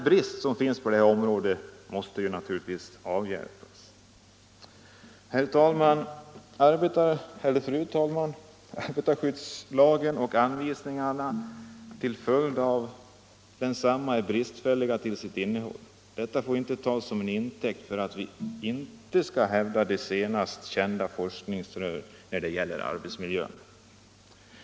Bristerna på detta område måste naturligtvis snarast avhjälpas. Fru talman! Arbetarskyddslagen och anvisningarna till följd av densamma är bristfälliga till sitt innehåll. Detta får inte tas till intäkt för att inte hävda att senast kända forskningsrön skall gälla i fråga om arbetsmiljön.